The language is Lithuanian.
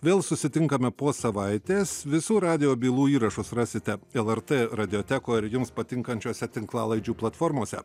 vėl susitinkame po savaitės visų radijo bylų įrašus rasite lrt radiotekoj ir jums patinkančiose tinklalaidžių platformose